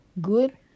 good